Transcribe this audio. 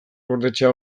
gordetzea